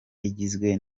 igizwe